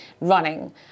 running